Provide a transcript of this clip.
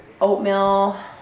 oatmeal